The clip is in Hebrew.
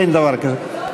אין דבר כזה.